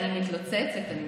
אני מתלוצצת.